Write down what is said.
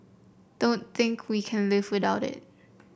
don't think we can live without it